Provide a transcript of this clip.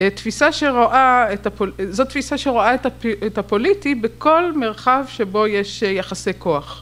‫זו תפיסה שרואה את הפוליטי ‫בכל מרחב שבו יש יחסי כוח.